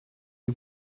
you